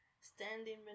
standing